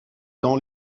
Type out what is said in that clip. dans